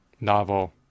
novel